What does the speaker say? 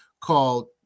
called